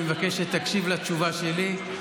אני מבקש שתקשיב לתשובה שלי,